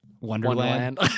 wonderland